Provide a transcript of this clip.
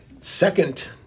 second